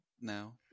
now